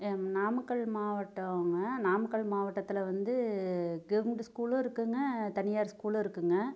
நாமக்கல் மாவட்டம்ங்க நாமக்கல் மாவட்டத்தில் வந்து கவர்மெண்ட்டு ஸ்கூலும் இருக்குங்க தனியார் ஸ்கூலும் இருக்குங்க